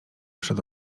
przed